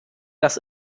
das